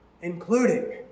including